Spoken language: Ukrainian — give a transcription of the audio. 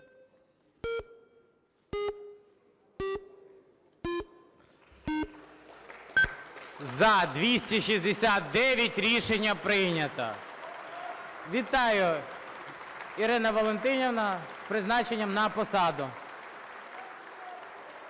За-269 Рішення прийнято. Вітаю, Ірина Валентинівна, з призначенням на посаду.